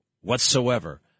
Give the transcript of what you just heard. whatsoever